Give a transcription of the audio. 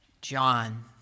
John